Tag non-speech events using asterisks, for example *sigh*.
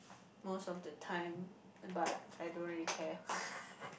most of the time but I don't really care *laughs*